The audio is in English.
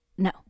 No